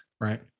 right